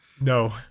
No